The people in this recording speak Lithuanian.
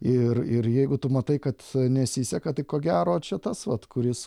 ir ir jeigu tu matai kad nesiseka tai ko gero čia tas vat kuris